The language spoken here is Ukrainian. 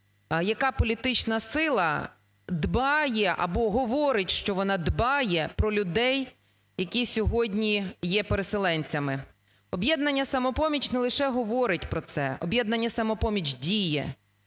яка політична сила дбає або говорить що вона дбає про людей, які сьогодні є переселенцями. "Об'єднання "Самопоміч" не лише говорить про це, "Об'єднання "Самопоміч" діє.